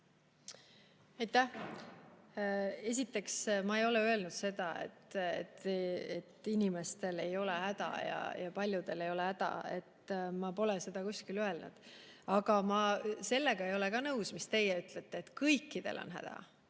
Aitäh! Esiteks, ma ei ole öelnud seda, et inimestel ei ole häda ja paljudel ei ole häda. Ma pole seda kuskil öelnud. Aga ma sellega ei ole ka nõus, mis teie ütlete, et kõikidel on häda.